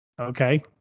Okay